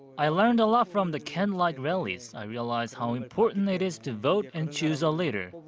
i learned a lot from the candlelight rallies. i realized how important it is to vote and choose a leader.